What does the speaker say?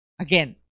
Again